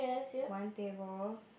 one table